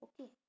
okay